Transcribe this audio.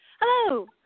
Hello